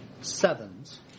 sevens